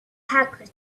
hackers